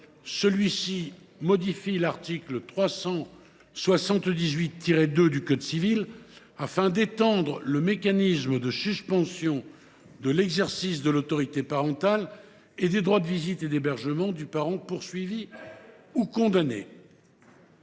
lequel modifie l’article 378 2 du code civil afin d’étendre le mécanisme de suspension de l’exercice de l’autorité parentale et des droits de visite et d’hébergement du parent poursuivi ou condamné.